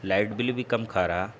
light bill بھی کم کھا رہا